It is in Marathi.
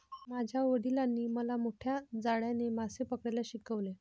माझ्या वडिलांनी मला मोठ्या जाळ्याने मासे पकडायला शिकवले